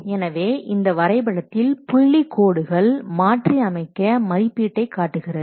எனவே இந்த வரைபடத்தில் புள்ளி கோடுகள் மாற்றி அமைக்க மதிப்பீட்டை காட்டுகிறது